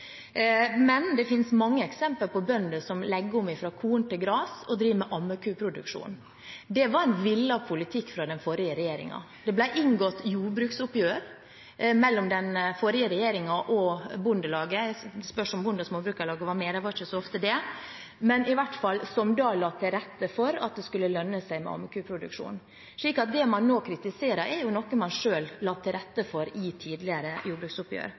Men det finnes mange eksempler på bønder som legger om fra korn til gras, og driver med ammekuproduksjon. Det var en villet politikk fra den forrige regjeringen. Det ble inngått jordbruksoppgjør mellom den forrige regjeringen og Bondelaget – det spørs om Norsk Bonde- og Småbrukarlag var med, de var ikke så ofte det – som la til rette for at det skulle lønne seg med ammekuproduksjon. Det man nå kritiserer, er noe man selv la til rette for i tidligere jordbruksoppgjør.